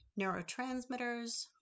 neurotransmitters